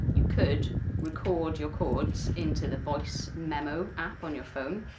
you could record your chords into the voice memo app on your phone,